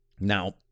Now